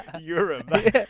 Europe